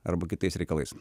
arba kitais reikalais